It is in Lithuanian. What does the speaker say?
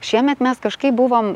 šiemet mes kažkaip buvom